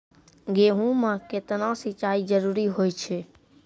गेहूँ म केतना सिंचाई जरूरी होय छै?